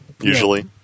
usually